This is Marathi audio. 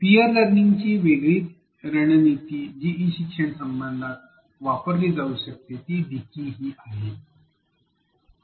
पीअर लर्निंगची वेगळी रणनीती जी ई शिक्षण संदर्भात वापरली जाऊ शकते ती विकी ही आहे